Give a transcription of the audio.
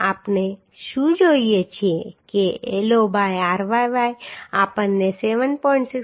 આપણે શું જોઈએ છીએ કે L0 બાય ryy આપણને 7